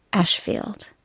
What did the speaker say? ashfield,